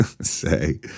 say